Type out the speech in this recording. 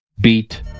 beat